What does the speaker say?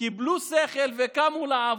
קיבלו שכל וקמו לעבוד,